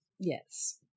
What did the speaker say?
Yes